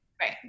right